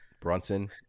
Brunson